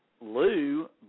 Lou